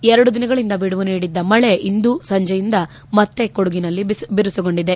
ಎರಡು ದಿನಗಳಿಂದ ಬಿಡುವು ನೀಡಿದ್ದ ಮಳೆ ಇಂದು ಸಂಜೆಯಿಂದ ಮತ್ತ ಕೊಡಗಿನಲ್ಲಿ ಬಿರುಸುಗೊಂಡಿದೆ